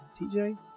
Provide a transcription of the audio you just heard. TJ